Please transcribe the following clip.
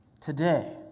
Today